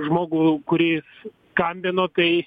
žmogų kuris skambino tai